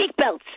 seatbelts